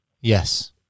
Yes